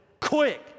Quick